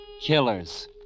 killers